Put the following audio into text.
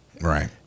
Right